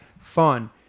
fun